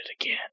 again